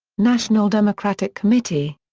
national democratic committee.